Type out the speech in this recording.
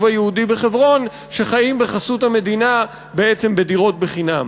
היהודי בחברון שחיים בחסות המדינה בעצם בדירות חינם.